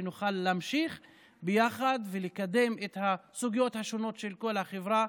שנוכל להמשיך ביחד ולקדם את הסוגיות השונות של כל החברה,